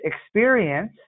experience